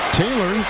taylor